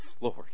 Lord